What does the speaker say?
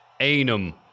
Anum